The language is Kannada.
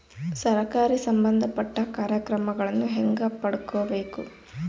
ಸರಕಾರಿ ಸಂಬಂಧಪಟ್ಟ ಕಾರ್ಯಕ್ರಮಗಳನ್ನು ಹೆಂಗ ಪಡ್ಕೊಬೇಕು?